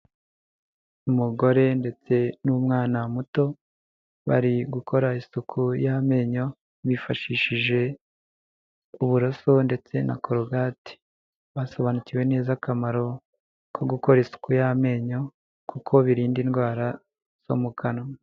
Umugore ndetse n'umwana muto bari gukora isuku y'amenyo, bifashishije uburaso ndetse na cologati, basobanukiwe neza akamaro ko gukora isuku y'amenyo, kuko birinda indwara zo mu kanwa.